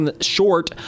short